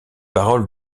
paroles